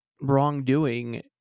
wrongdoing